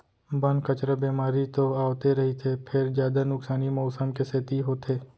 बन, कचरा, बेमारी तो आवते रहिथे फेर जादा नुकसानी मउसम के सेती होथे